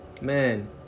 man